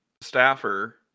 staffer